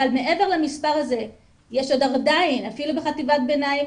אבל מעבר למספר הזה יש עדיין אפילו בחטיבת ביניים